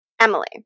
Emily